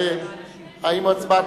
הוספתם.